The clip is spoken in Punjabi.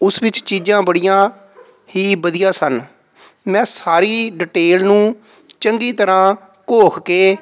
ਉਸ ਵਿੱਚ ਚੀਜ਼ਾਂ ਬੜੀਆਂ ਹੀ ਵਧੀਆ ਸਨ ਮੈਂ ਸਾਰੀ ਡਿਟੇਲ ਨੂੰ ਚੰਗੀ ਤਰ੍ਹਾਂ ਘੋਖ ਕੇ